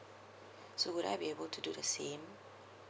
so would I be able to do the same